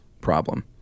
problem